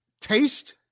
taste